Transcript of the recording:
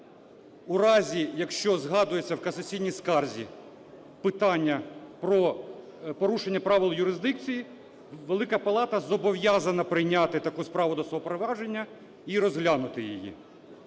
в разі, якщо згадується в касаційні скарзі питання про порушення правил юрисдикції, Велика Палата зобов'язана прийняти таку справу до свого провадження і розглянути її.